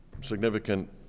significant